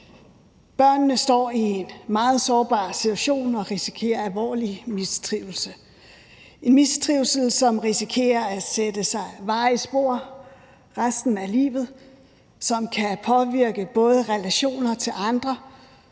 Børnene står i en meget sårbar situation og risikerer alvorlig mistrivsel – en mistrivsel, som risikerer at sætte varige spor resten af livet, som kan påvirke både relationer til andre